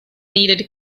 needed